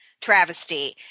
travesty